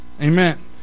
amen